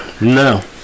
No